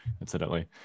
incidentally